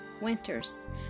winters